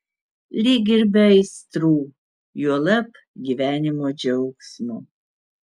lyg ir be aistrų juolab gyvenimo džiaugsmo